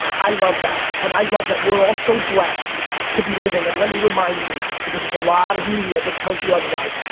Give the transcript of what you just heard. i love that, and i love that we're all so blessed to be living, and let me remind you, because there's a lot of media that tells you otherwise.